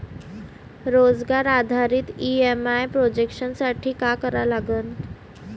रोजगार आधारित EMI projection साठी का करा लागन?